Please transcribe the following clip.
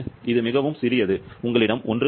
இது மிகவும் சிறியது உங்களிடம் 1